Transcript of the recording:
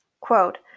quote